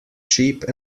cheap